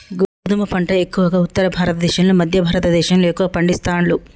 గోధుమ పంట ఎక్కువగా ఉత్తర భారత దేశం లో మధ్య భారత దేశం లో ఎక్కువ పండిస్తాండ్లు